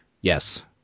Yes